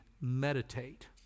meditate